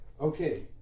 Okay